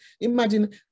imagine